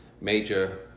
Major